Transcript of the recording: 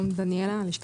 דניאלה.